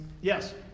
Yes